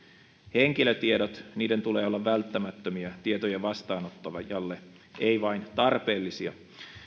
henkilötietojen tulee olla välttämättömiä tietojen vastaanottajalle ei vain tarpeellisia